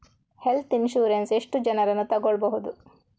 Health insurance ಎಷ್ಟು ಜನರನ್ನು ತಗೊಳ್ಬಹುದು?